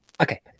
Okay